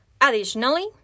Additionally